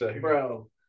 bro